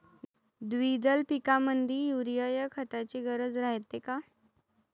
द्विदल पिकामंदी युरीया या खताची गरज रायते का?